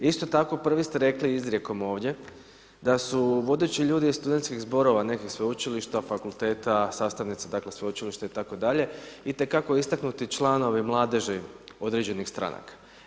Isto tako prvi ste rekli izrijekom ovdje da su vodeći ljudi iz studentskih zborova negdje sveučilišta, fakulteta sastavnice dakle sveučilišta itd. itekako istaknuti članovi mladeži određenih stranaka.